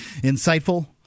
insightful